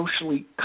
socially